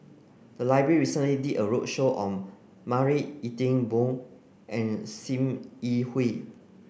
the library recently did a roadshow on Marie Ethel Bong and Sim Yi Hui